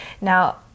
Now